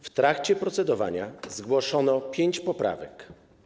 W trakcie procedowania zgłoszono pięć poprawek.